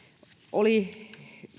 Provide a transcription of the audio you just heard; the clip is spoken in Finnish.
oli